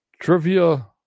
trivia